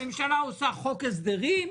הממשלה עושה חוק הסדרים,